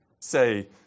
say